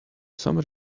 some